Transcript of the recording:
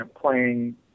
playing